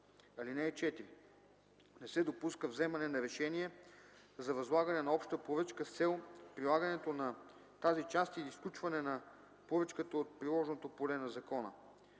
(4) Не се допуска вземане на решение за възлагане на обща поръчка с цел прилагането на тази част или изключване на поръчката от приложното поле на закона.